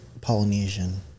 polynesian